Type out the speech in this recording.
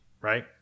Right